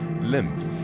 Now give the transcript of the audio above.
lymph